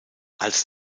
als